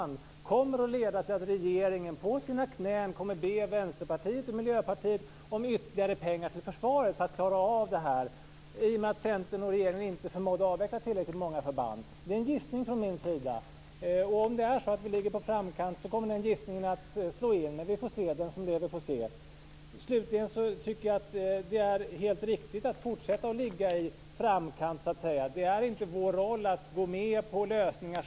Jag kan förutspå att det kommer att leda till att regeringen på sina knän kommer att be Vänsterpartiet och Miljöpartiet om ytterligare pengar till försvaret för att man ska klara av det här. Det är en gissning från min sida. Om det är så att vi ligger i framkant kommer den gissningen att slå in. Den som lever får se. Slutligen tycker jag att det är helt riktigt att fortsätta att ligga i framkant. Det är inte vår roll att gå med på halvdana lösningar.